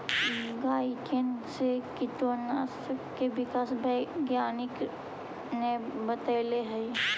काईटिने से किटोशन के विकास वैज्ञानिक ने बतैले हई